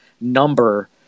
number